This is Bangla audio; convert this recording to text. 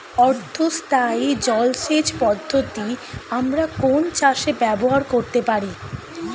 অর্ধ স্থায়ী জলসেচ পদ্ধতি আমরা কোন চাষে ব্যবহার করতে পারি?